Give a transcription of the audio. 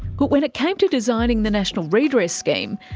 but when it came to designing the national redress scheme,